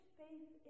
faith